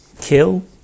kill